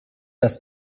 das